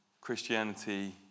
Christianity